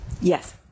Yes